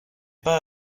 pas